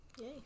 Yay